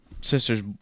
sister's